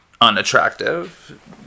unattractive